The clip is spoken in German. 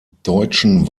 deutschen